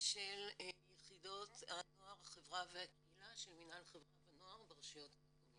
של יחידות הנוער החברה והקהילה של מינהל חברה ונוער ברשויות המקומיות.